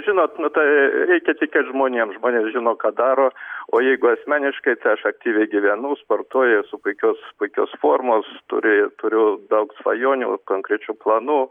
žinot nu tai reikia tikėt žmonėm žmonės žino ką daro o jeigu asmeniškai tai aš aktyviai gyvenu sportuoju esu puikios puikios formos turi turiu daug svajonių konkrečių planų